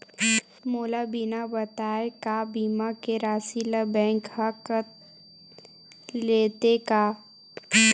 मोला बिना बताय का बीमा के राशि ला बैंक हा कत लेते का?